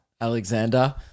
Alexander